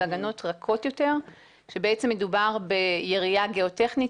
וזה הגנות רכות יותר כשבעצם מדובר ביריעה גיאוטכנית